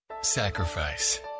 Sacrifice